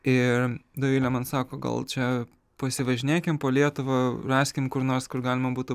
ir dovilė man sako gal čia pasivažinėkim po lietuvą raskim kur nors kur galima būtų